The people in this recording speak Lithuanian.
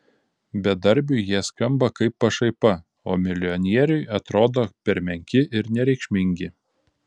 bedarbiui jie skamba kaip pašaipa o milijonieriui atrodo per menki ir nereikšmingi